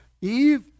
Eve